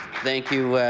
thank you,